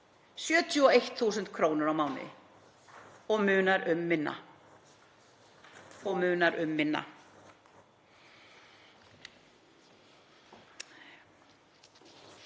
71.000 kr. á mánuði og munar um minna.